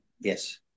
Yes